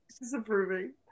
disapproving